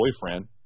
boyfriend